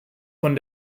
von